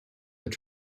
your